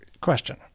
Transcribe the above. question